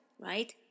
right